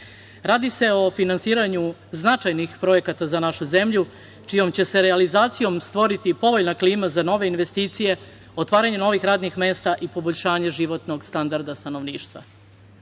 Radi se o finansiranju značajnih projekata za našu zemlju, čijom će se realizacijom stvoriti povoljna klima za nove investicije, otvaranje novih radnih mesta i poboljšanje životnog standarda stanovništva. Pored